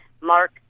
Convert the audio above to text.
Mark